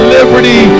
Liberty